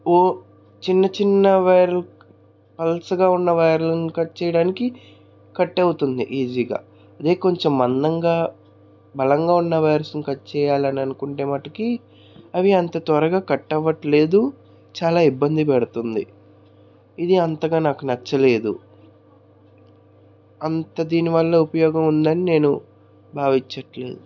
ఓ చిన్నచిన్న వైరు పల్చగా ఉన్న వైర్లని కట్ చేయడానికి కట్ అవుతుంది ఈజీగా అదే కొంచెం మందంగా బలంగా ఉన్న వైర్స్ని కట్ చెయ్యాలి అని అనుకుంటే మటికి అవి అంత త్వరగా కట్ అవ్వట్లేదు చాలా ఇబ్బంది పెడుతుంది ఇది అంతగా నాకు నచ్చలేదు అంత దీనివల్ల ఉపయోగం ఉందని నేను భావించట్లేదు